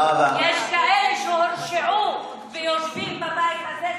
יש כאלה שהורשעו ויושבים בבית הזה,